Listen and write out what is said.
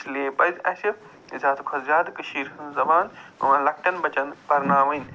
اِس لیے پَزِ اَسہِ زیادٕ کھۄتہٕ زیادٕ کٔشیٖرِ ہٕنٛز زبان تِمن لۄکٹٮ۪ن بچن پرناوٕنۍ